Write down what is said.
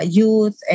youth